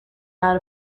out